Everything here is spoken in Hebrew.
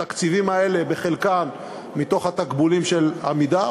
התקציבים האלה חלקם מתוך התקבולים של "עמידר"